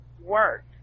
work